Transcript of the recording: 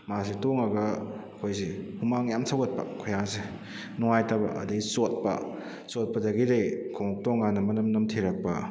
ꯃꯥꯁꯤ ꯇꯣꯡꯉꯒ ꯑꯩꯈꯣꯏꯁꯦ ꯍꯨꯃꯥꯡ ꯌꯥꯝꯅ ꯁꯧꯒꯠꯄ ꯈꯨꯌꯥꯁꯦ ꯅꯨꯡꯉꯥꯏꯇꯕ ꯑꯗꯨꯗꯒꯤ ꯆꯣꯠꯄ ꯆꯣꯠꯄꯗꯒꯤꯗꯤ ꯈꯨꯡꯎꯞ ꯇꯣꯡꯕ ꯀꯥꯟꯗ ꯃꯅꯝ ꯅꯝꯊꯤꯔꯛꯄ